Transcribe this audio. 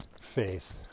face